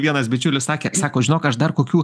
vienas bičiulis sakė sako žinok aš dar kokių